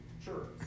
Sure